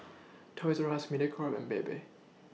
Toys R US Mediacorp and Bebe